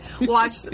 watch